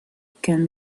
can